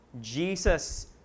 Jesus